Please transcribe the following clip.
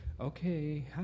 okay